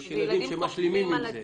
יש ילדים שמשלימים עם זה,